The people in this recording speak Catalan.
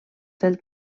del